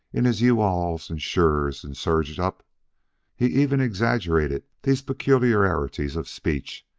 in his you-alls, and sures, and surge-ups, he even exaggerated these particularities of speech,